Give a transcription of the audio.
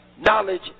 knowledge